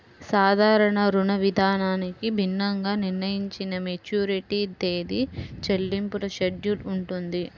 సాధారణ రుణవిధానానికి భిన్నంగా నిర్ణయించిన మెచ్యూరిటీ తేదీ, చెల్లింపుల షెడ్యూల్ ఉంటుంది